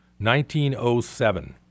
1907